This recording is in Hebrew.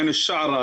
עין א-שערה,